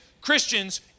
Christians